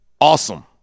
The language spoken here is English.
Awesome